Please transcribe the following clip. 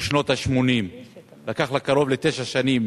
בשנות ה-80, לקח לה קרוב לתשע שנים